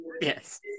Yes